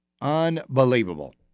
Unbelievable